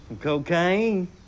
Cocaine